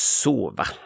sova